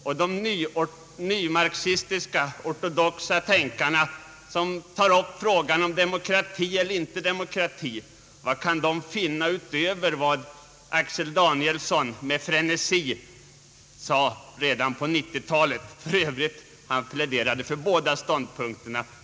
Och vad kan de nymarxistiska ortodoxa tänkarna, som tar upp frågan om demokrati eller inte demokrati, finna utöver vad Axel Danielsson med frenesi sade redan på 1890 talet. Han pläderade med energi för båda ståndpunkterna.